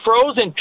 frozen